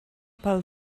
pel